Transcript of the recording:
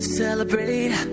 celebrate